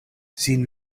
sin